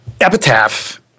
epitaph